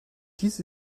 dies